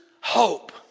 hope